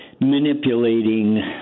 manipulating